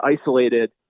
isolated